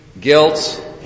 guilt